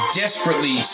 desperately